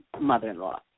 mother-in-law